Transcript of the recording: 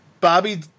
bobby